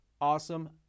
awesome